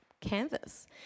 canvas